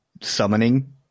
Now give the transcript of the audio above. summoning